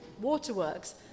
waterworks